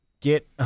get